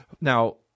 Now